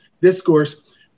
discourse